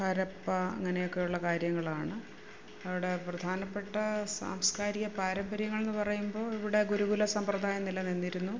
ഹാരപ്പാ അങ്ങനെയെക്കെയുള്ള കാര്യങ്ങളാണ് അവിടെ പ്രധാനപ്പെട്ട സാംസ്കാരിക പാരമ്പര്യങ്ങൾ എന്ന് പറയുമ്പോൾ ഇവിടെ ഗുരുകുല സമ്പ്രദായം നിലനിന്നിരുന്നു